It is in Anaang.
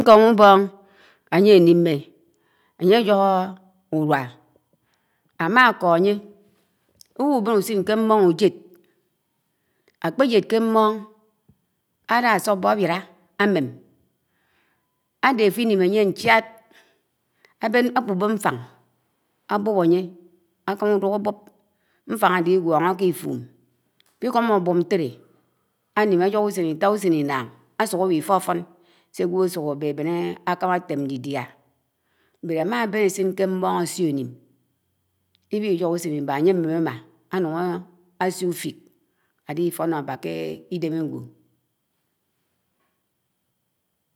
Ñkon ũbo̱n ánye énime ánye ábho̱ ũrua ãma ãko̱ ãnye, ũwu̱ úben úsin k̄e m̃mon ũjeḏ. Ákpejéd ké m̃mon, ãlaso̱bo̱ áwilã ámem áde àfinim ánye ñchad, ákubo̱ ñfan ábob ánye àkama ùduj ábob, ñfan áde īgwono̱ k̄e l̄fu̱m, l̄kpiko̱mo̱ ábob ñtelé ánim ájo̱ho̱ ũsen īta, ũsen īnan, ãsuk ãwifo̱fo̱ñ sẽ ãgwo̱ ãsuk abébén ákama átem ñdidiá, ámáben ásin k̄e mmo̱b ãsio̱ ãnim, īwijo̱k ũsen ība ánye amem ãma ánun àsio̱ ũfik ádifo̱no̱ ába ké īden ágwo̱.